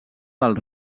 del